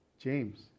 James